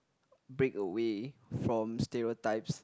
break away from stereotypes